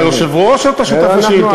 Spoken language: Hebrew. אתה יושב-ראש או אתה שותף לשאילתה?